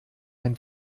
ein